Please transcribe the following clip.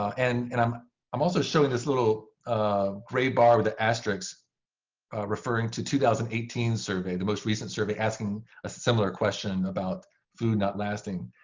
and and i'm i'm also showing this little gray bar of the asterisk referring to two thousand and eighteen survey, the most recent survey, asking a similar question about food not lasting.